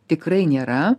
tikrai nėra